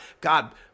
God